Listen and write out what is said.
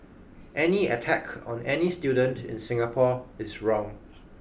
any attack on any student in Singapore is wrong